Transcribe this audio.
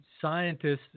scientists